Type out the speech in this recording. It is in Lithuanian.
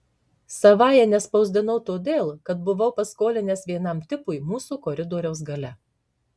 savąja nespausdinau todėl kad buvau paskolinęs vienam tipui mūsų koridoriaus gale